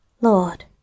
Lord